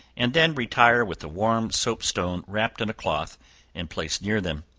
and then retire with a warm soap stone wrapped in a cloth and placed near them.